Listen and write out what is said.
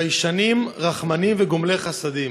ביישנים, רחמנים וגומלי חסדים.